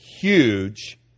huge